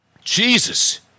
Jesus